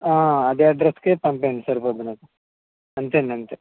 అదే అడ్రస్కే పంపేయండి సరిపోద్ది నాకు అంతే అండి అంతే